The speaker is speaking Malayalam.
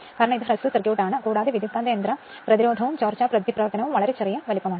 കാരണം ഇത് ഷോർട്ട് സർക്യൂട്ട് ആണ് കൂടാതെ ട്രാൻസ്ഫോർമർ പ്രതിരോധവും ചോർച്ച പ്രതിപ്രവർത്തനവും വളരെ ചെറിയ വലുപ്പമാണ്